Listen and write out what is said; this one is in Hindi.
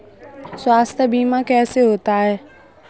स्वास्थ्य बीमा कैसे होता है?